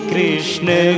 Krishna